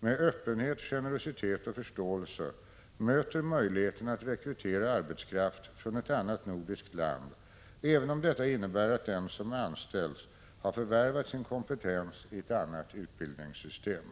med öppenhet, generositet och förståelse möter möjligheten att rekrytera arbetskraft från ett annat nordiskt land, även om detta innebär att den som anställs har förvärvat sin kompetens i ett annat utbildningssystem.